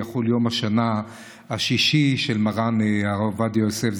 יחול יום השנה השישי של מרן הרב עובדיה יוסף,